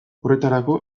horretarako